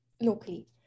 locally